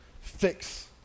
fix